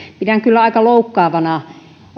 pidän kyllä aika loukkaavana